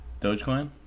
Dogecoin